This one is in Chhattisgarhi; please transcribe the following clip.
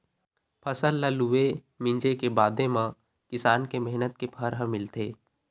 फसल ल लूए, मिंजे के बादे म किसान के मेहनत के फर ह मिलथे